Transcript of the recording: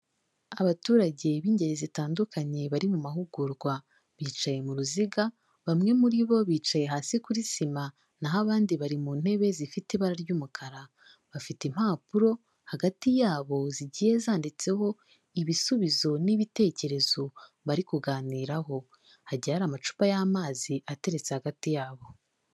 Abaturage b'ingeri zitandukanye bari mu mahugurwa bicaye mu ruziga, bamwe muri bo bicaye hasi kuri sima, naho abandi bari mu ntebe zifite ibara ry'umukara. Abandi bafite impapuro hagati yabo zigiye zanditseho ibisubizo n'ibitekerezo bari kuganiraho hagiye hari amacupa y'amazi ateretse hagati yabo.